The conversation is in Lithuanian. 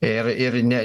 ir ir ne